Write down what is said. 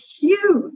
huge